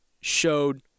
showed